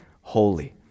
holy